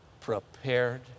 prepared